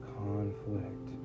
conflict